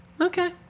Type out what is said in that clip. Okay